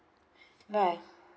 bye